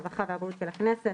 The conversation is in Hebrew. הרווחה והבריאות של הכנסת,